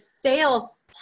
sales